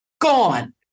gone